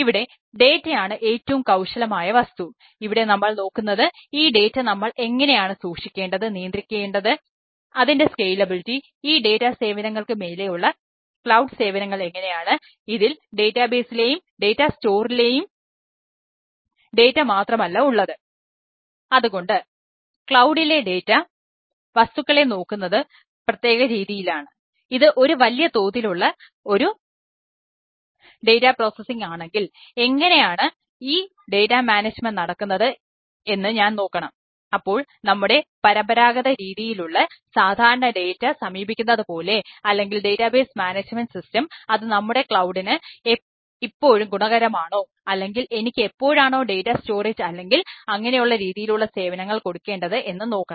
ഇവിടെ ഡേറ്റ അല്ലെങ്കിൽ അങ്ങനെ രീതിയിലുള്ള സേവനങ്ങൾ കൊടുക്കേണ്ടത് എന്ന് നോക്കണം